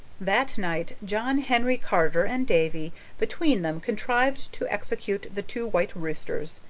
that night john henry carter and davy between them contrived to execute the two white roosters,